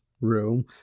room